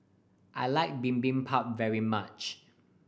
I like Bibimbap very much